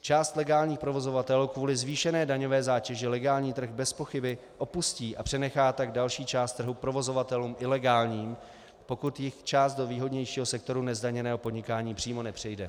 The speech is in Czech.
Část legálních provozovatelů kvůli zvýšené daňové zátěži legální trh bezpochyby opustí a přenechá tak další část trhu provozovatelům ilegálním, pokud jich část do výhodnějšího sektoru nezdaněného podnikání přímo nepřejde.